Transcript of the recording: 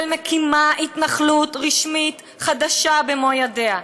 מקימה התנחלות רשמית חדשה במו ידיה,